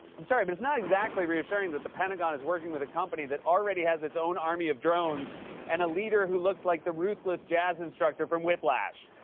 i'm sorry, but it's not exactly reassuring that the pentagon is working with a company that already has it's own army of drones and a leader who looks like the ruthless jazz instructor from whiplash.